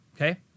okay